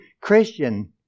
Christian